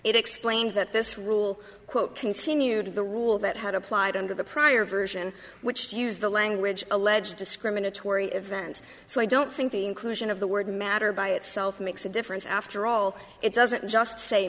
it explained that this rule quote continued the rule that had applied under the prior version which use the language alleged discriminatory event so i don't think the inclusion of the word matter by itself makes a difference after all it doesn't just say